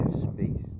space